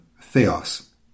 theos